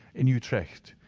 in utrecht,